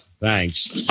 Thanks